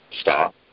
stop